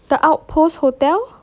the outpost hotel